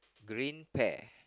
green pair